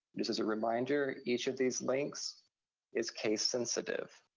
this is a reminder, each of these links is case-sensitive.